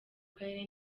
karere